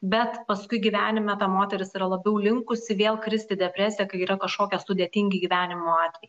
bet paskui gyvenime ta moteris yra labiau linkusi vėl krist į depresiją kai yra kažkokia sudėtingi gyvenimo atvejai